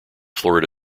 florida